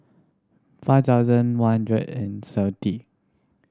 five thousand one hundred and seventy